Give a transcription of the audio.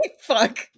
Fuck